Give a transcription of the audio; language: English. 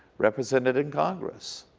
represented in congress.